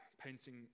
painting